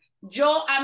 yo